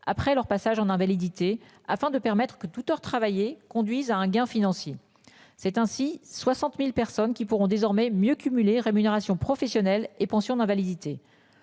après leur passage en invalidité afin de permettre que toute heure travaillée conduise à un gain financier c'est ainsi 60.000 personnes qui pourront désormais mieux rémunération professionnelle et pension d'invalidité